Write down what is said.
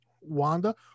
Wanda